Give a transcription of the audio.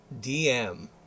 dm